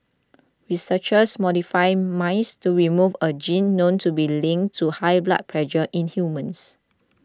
researchers modified mice to remove a gene known to be linked to high blood pressure in humans